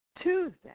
Tuesday